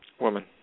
Woman